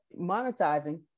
monetizing